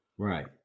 Right